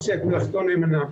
עושה את מלאכתו נאמנה,